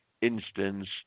instance